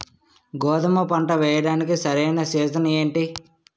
గోధుమపంట వేయడానికి సరైన సీజన్ ఏంటి?